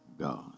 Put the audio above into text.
God